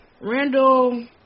Randall